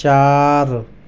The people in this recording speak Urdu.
چار